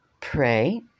Pray